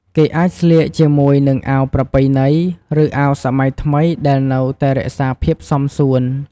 គេអាចស្លៀកជាមួយនឹងអាវប្រពៃណី ឬអាវសម័យថ្មីដែលនៅតែរក្សាភាពសមសួន។